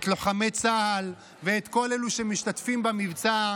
את לוחמי צה"ל ואת כל אלה שמשתתפים במבצע,